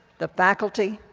the faculty,